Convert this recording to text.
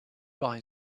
buy